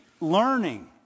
learning